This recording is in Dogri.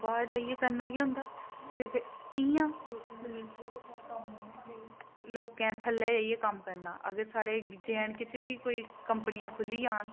बाह्र जाइयै करना केह् होंदा सिर्फ इ'यां लोकें थल्लें रेहियै कम्म करना अगर साढ़े जे ऐंड के च बी कोई कंपनियांं खु'ल्ली जान